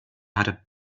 hatte